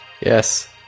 Yes